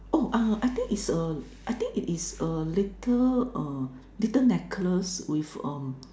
oh err I think is a I think it is a little err little necklace with um